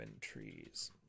trees